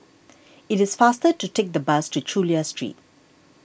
it is faster to take the bus to Chulia Street